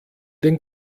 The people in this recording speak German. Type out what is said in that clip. den